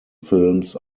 films